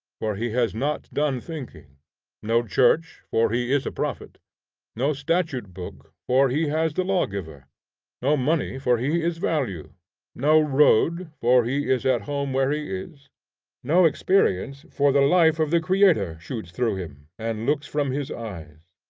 for he has not done thinking no church, for he is a prophet no statute book, for he has the lawgiver no money, for he is value no road, for he is at home where he is no experience, for the life of the creator shoots through him, and looks from his eyes.